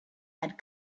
had